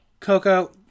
Coco